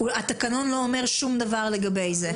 התקנון לא אומר שום דבר לגבי זה.